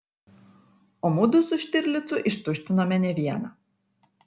o mudu su štirlicu ištuštinome ne vieną